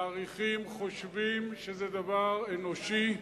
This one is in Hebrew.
אנחנו מעריכים, חושבים, שזה דבר אנושי,